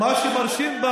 מה שהיה מרשים,